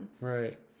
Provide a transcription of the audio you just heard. Right